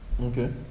Okay